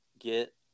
get